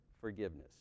forgiveness